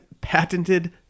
patented